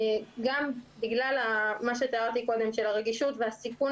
גם בגלל מה שתיארתי קודם על הרגישות והסיכון